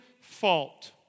fault